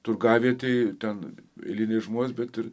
turgavietėj ten eilinai žmonės bet ir